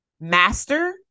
master